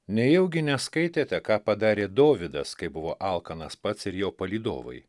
nejaugi neskaitėte ką padarė dovydas kai buvo alkanas pats ir jo palydovai